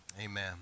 Amen